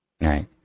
Right